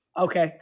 Okay